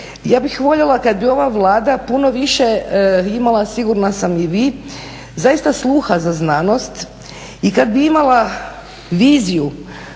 Ja bih voljela kad bi ova Vlada puno više imala, sigurna sam i vi, zaista sluha za znanost i kad bi imala viziju